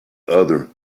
other